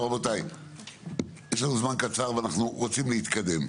רבותי, יש לנו זמן קצר ואנחנו רוצים להתקדם.